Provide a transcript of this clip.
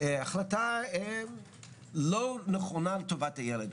עושה החלטה לא נכונה לטובת הילד.